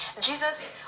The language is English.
Jesus